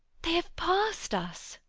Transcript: they have passed us.